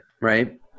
right